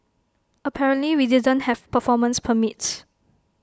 apparently we didn't have performance permits